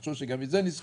חשוב שגם את זה נזכור.